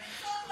בסדר,